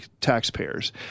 taxpayers